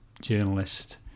journalist